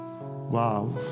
wow